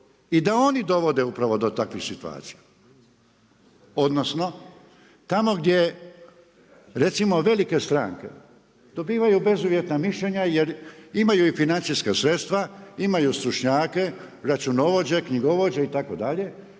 I da oni dovode upravo do takve situacije. Odnosno, tamo gdje recimo velike stranke dobivaju bezuvjetna mišljenja jer imaju financijska sredstva, imaju stručnjake, računovođe, knjigovođe, itd.